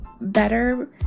better